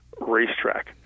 racetrack